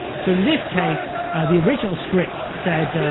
so in this case the original script said